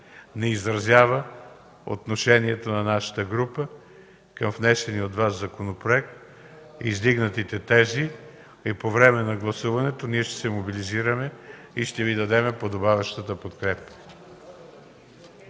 не изразява отношението на нашата група към внесения от Вас законопроект и издигнатите тези. По време на гласуването ние ще се мобилизираме и ще Ви дадем подобаващата подкрепа.